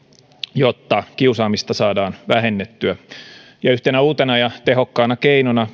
jotta kiusaamista saadaan vähennettyä yhtenä uutena ja tehokkaana keinona